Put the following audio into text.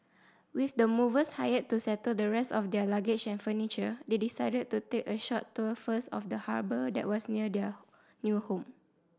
with the movers hired to settle the rest of their luggage and furniture they decided to take a short tour first of the harbour that was near their new home